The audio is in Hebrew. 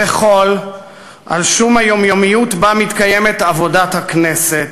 חול על היומיומיות שבה מתקיימת עבודת הכנסת,